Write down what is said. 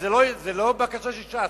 זו גם לא בקשה של ש"ס.